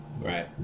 Right